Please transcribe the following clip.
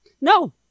No